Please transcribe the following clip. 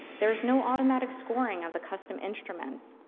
there's no automatic scoring of the custom instruments.